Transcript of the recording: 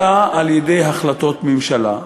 אלא על-ידי החלטות הממשלה.